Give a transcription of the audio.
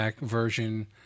version